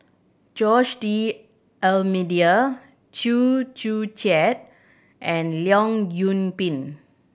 Jose D'Almeida Chew Joo Chiat and Leong Yoon Pin